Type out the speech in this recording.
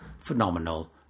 phenomenal